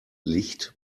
licht